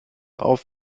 auf